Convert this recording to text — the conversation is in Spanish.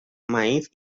maíz